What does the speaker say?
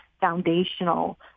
foundational